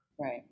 Right